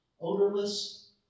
odorless